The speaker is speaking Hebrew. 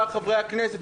את שכר חברי הכנסת.